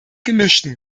gemischten